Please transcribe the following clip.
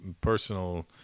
personal